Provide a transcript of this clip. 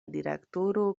direktoro